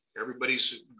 everybody's